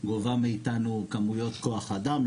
גובה מאתנו כמויות כוח אדם.